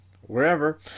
wherever